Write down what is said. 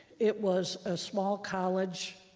it was a small college,